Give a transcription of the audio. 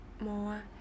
more